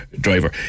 driver